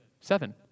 seven